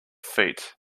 feet